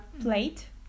plate